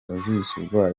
azishyura